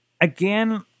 again